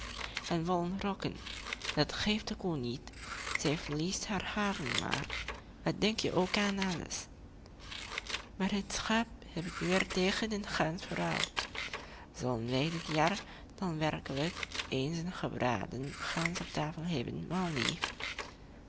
en wollen rokken dat geeft de koe niet zij verliest haar haren maar wat denk je ook aan alles maar het schaap heb ik weer tegen een gans verruild zullen wij dit jaar dan werkelijk eens een gebraden gans op tafel hebben